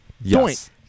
Yes